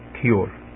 cure